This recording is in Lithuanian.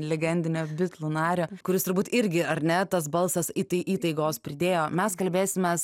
legendinio bitlų nario kuris turbūt irgi ar ne tas balsas įtai įtaigos pridėjo mes kalbėsimės